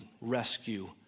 rescue